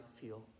feel